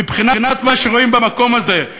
מבחינת מה שרואים במקום הזה,